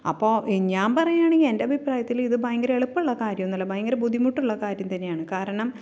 അപ്പോൾ ഞാൻ പറയുകയാണെങ്കിൽ എൻ്റെ അഭിപ്രായത്തിൽ ഇത് ഭയങ്കര എളുപ്പമുള്ള കാര്യമൊന്നുമില്ല ഭയങ്കര ബുദ്ധിമുട്ടുള്ള കാര്യം തന്നെയാണ് കാരണം